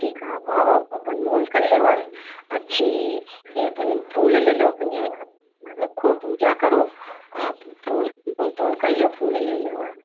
ठीक आप आओ अपन मोल कल लेओ आय अच्छी ये अपन फूल लै लो अपने रखो पूजा करो आप फूल मोल तोल कई लेओ फूल लई लेयो आय